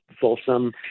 Folsom